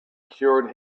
cured